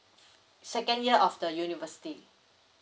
second year of the university